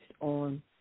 on